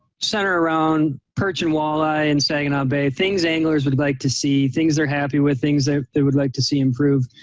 centered around perch and walleye in saginaw bay, things anglers would like to see, things they're happy with, things that they would like to see improve.